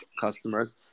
customers